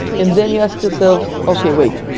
and then you ask yourselves, okay, wait.